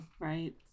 Right